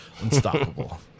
unstoppable